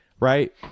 Right